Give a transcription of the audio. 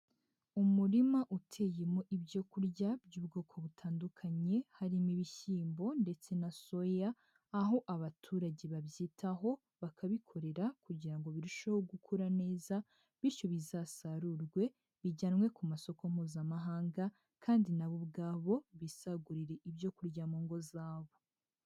Umurima uteyemo ibyokurya by'ubwoko butandukanye harimo ibishyimbo ndetse na soya, aho abaturage babyitaho bakabikorera kugira birusheho gukura neza, bityo bizasarurwe bijyanwe ku masoko mpuzamahanga kandi nabo ubwabo bisagurire ibyo kurya mu ngo zabo.